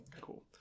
Cool